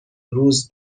روز